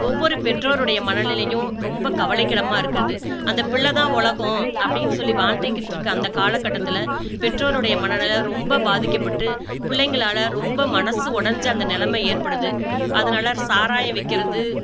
ஒவ்வொரு பெற்றோருடைய மனநிலையும் ரொம்ப கவலைக்கிடமாக இருக்குது அந்த பிள்ளை தான் உலகம் அப்படின்னு சொல்லி வாழ்ந்துக்கிட்டு இருக்கற அந்த காலகட்டத்தில் பெற்றோருடைய மனநிலை ரொம்ப பாதிக்கப்பட்டு பிள்ளைங்களால் ரொம்ப மனது உடஞ்சி அந்த நிலமை ஏற்படுது அதனால் சாராயம் விற்கிறது